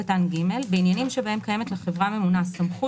(ג)בעניינים שבהם קיימת לחברה ממונה סמכות